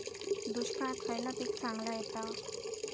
दुष्काळात खयला पीक चांगला येता?